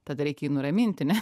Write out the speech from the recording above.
tada reik jį nuraminti ne